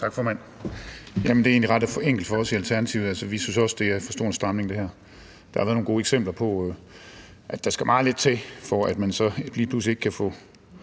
Tak, formand. Det er egentlig ret enkelt for os i Alternativet. Vi synes også, det her er for stor en stramning. Der har været nogle gode eksempler på, at der skal meget lidt til, for at man så lige pludselig ikke kan få